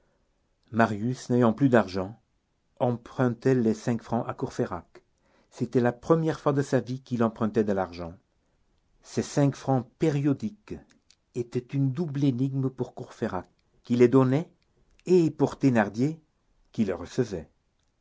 marius n'ayant plus d'argent empruntait les cinq francs à courfeyrac c'était la première fois de sa vie qu'il empruntait de l'argent ces cinq francs périodiques étaient une double énigme pour courfeyrac qui les donnait et pour thénardier qui les